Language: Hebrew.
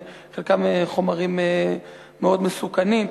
חלקם חומרים מאוד מסוכנים,